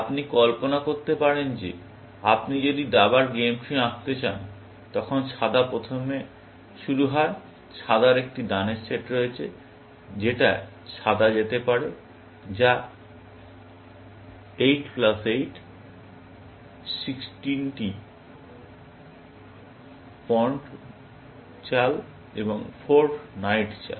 আপনি কল্পনা করতে পারেন যে আপনি যদি দাবার গেম ট্রি আঁকতে চান তখন সাদা প্রথমে শুরু হয় সাদার একটি দানের সেট রয়েছে যেটায় সাদা যেতে পারে যা 8 প্লাস 8 16টি পন্ড চাল এবং 4 নাইট চাল